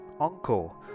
uncle